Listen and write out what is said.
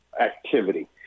activity